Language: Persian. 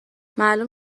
معلوم